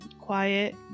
quiet